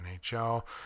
NHL